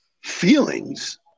feelings